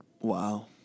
Wow